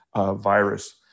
virus